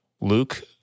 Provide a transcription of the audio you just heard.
Luke